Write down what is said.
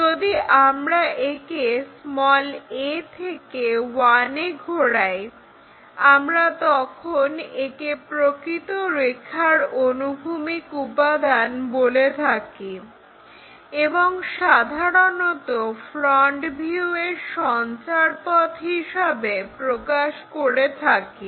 যদি আমরা একে a থেকে 1 এ ঘোরাই আমরা তখন একে প্রকৃত রেখার অনুভূমিক উপাদান বলে থাকি এবং সাধারণত ফ্রন্ট ভিউ এর সঞ্চারপথ হিসাবে প্রকাশ করে থাকি